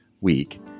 week